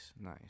nice